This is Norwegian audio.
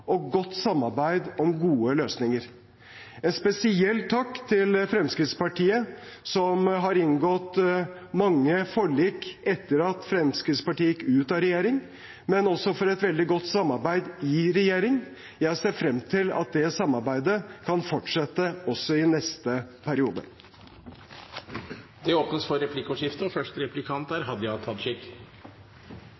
og godt samarbeid om gode løsninger. En spesiell takk til Fremskrittspartiet, som har inngått mange forlik etter at Fremskrittspartiet gikk ut av regjering, men også for et veldig godt samarbeid i regjering. Jeg ser frem til at det samarbeidet kan fortsette også i neste periode. Det blir replikkordskifte. Eg vil gjerne takka finansministeren for